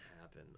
happen